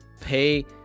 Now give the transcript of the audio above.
pay